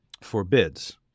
forbids